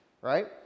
right